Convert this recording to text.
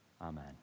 Amen